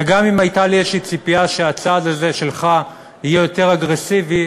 וגם אם הייתה לי איזו ציפייה שהצעד הזה שלך יהיה יותר אגרסיבי,